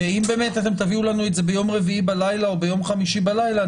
כי אם באמת תביאו לנו את זה ביום רביעי בלילה או ביום חמישי בלילה,